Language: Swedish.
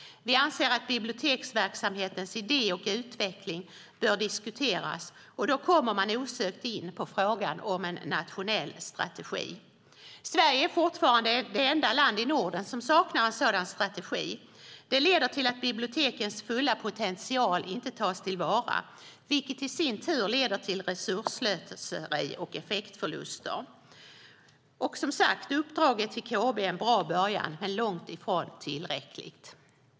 Vi anser att biblioteksverksamhetens idé och utveckling bör diskuteras, och då kommer man osökt in på frågan om en nationell strategi. Sverige är fortfarande det enda landet i Norden som saknar en sådan strategi. Det leder till att bibliotekens fulla potential inte tas till vara, vilket i sin tur leder till resursslöseri och effektförluster. Som sagt: Uppdraget till KB är en bra början, men långt ifrån tillräckligt.